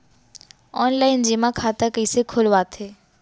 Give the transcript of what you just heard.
Online जेमा खाता कइसे खोलवाथे?